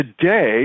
today